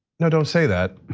no, don't say that.